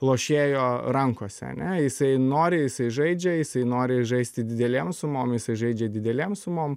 lošėjo rankose ane jisai nori jisai žaidžia jisai nori žaisti didelėm sumom jisai žaidžia didelėm sumom